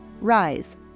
Rise